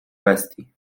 bestii